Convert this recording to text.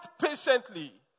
patiently